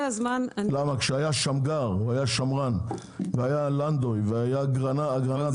שמגר היה שמרן, היה לנדוי ואגרנט.